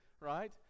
right